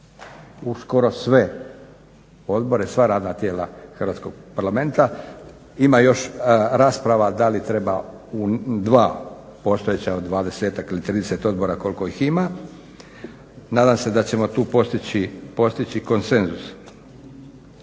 u skoro sve odbore, sva radna tijela Hrvatskog parlamenta. Ima još rasprava da li treba u dva postojeća od 20-tak ili 30 odbora koliko ih ima. Nadam se da ćemo tu postići konsenzus.